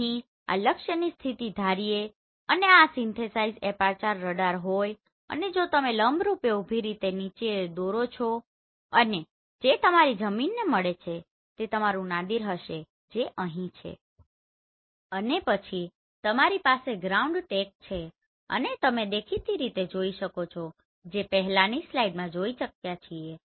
તો અહીં આ લક્ષ્યની સ્થિતિ ધારીએ અને આ સીન્થેસાઇઝ એપાર્ચર રડાર હોય અને જો તમે લંબરૂપે ઉભી રીતે નીચે દોરો છો અને જે તમારી જમીનને મળે છે તે તમારૂ નાદિર હશે જે અહીં છે અને પછી તમારી પાસે ગ્રાઉન્ડ ટ્રેક છે અને તમે દેખીતી રીતે જોઈ શકો છો જે પહેલાની સ્લાઈડમાં જોઇ ચૂક્યા છીએ